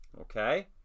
Okay